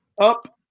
up